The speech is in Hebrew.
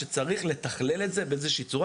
שצריך לתכלל את זה באיזושהי צורה.